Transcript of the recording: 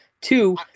Two